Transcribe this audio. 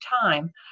time